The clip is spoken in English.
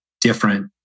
different